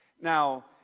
Now